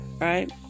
Right